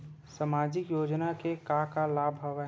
सामाजिक योजना के का का लाभ हवय?